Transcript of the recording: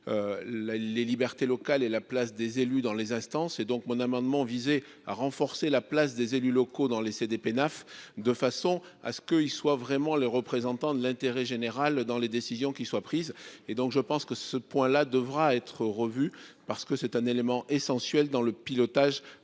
les libertés locales et la place des élus dans les instances et donc mon amendement visait à renforcer la place des élus locaux dans les Cdpenaf de façon à ce qu'il soit vraiment le représentant de l'intérêt général dans les décisions qui soient prises et donc je pense que ce point-là devra être revue. Parce que c'est un élément essentiel dans le pilotage